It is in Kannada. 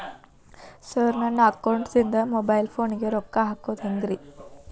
ಸರ್ ನನ್ನ ಅಕೌಂಟದಿಂದ ಮೊಬೈಲ್ ಫೋನಿಗೆ ರೊಕ್ಕ ಹಾಕೋದು ಹೆಂಗ್ರಿ?